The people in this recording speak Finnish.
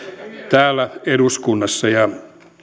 täällä eduskunnassa